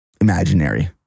imaginary